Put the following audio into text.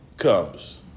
comes